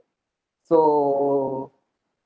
so